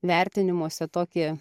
vertinimuose tokį